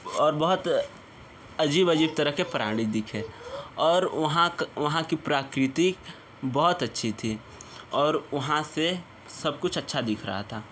और बहुत अजीब अजीब तरह के प्राणी दिखे और वहाँ वहाँ की प्रकृति बहुत अच्छी थी और वहाँ से सब कुछ अच्छा दिख रहा था